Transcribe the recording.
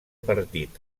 partit